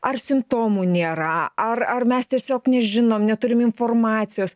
ar simptomų nėra ar ar mes tiesiog nežinom neturim informacijos